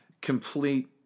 complete